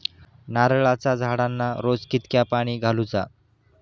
नारळाचा झाडांना रोज कितक्या पाणी घालुचा?